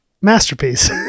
masterpiece